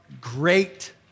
great